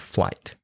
Flight